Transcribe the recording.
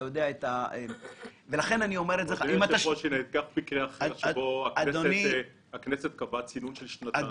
אדוני היושב-ראש, הכנסת קבעה צינון של שנתיים.